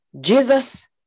Jesus